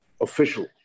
official